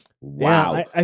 Wow